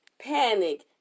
panic